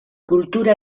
kultura